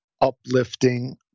uplifting